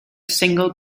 single